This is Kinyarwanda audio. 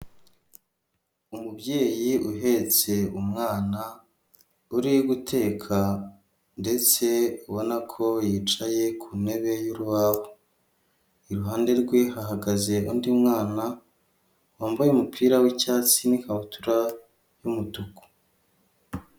Umubyeyi uhetse umwana, uri guteka ndetse ubona ko yicaye ku ntebe y'urubaho, iruhande rwe hahagaze undi mwana, wambaye umupira w'icyatsi n'ikabutura y'umutuku.